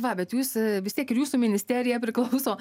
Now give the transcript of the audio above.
va bet jūs vis tiek ir jūsų ministerija priklauso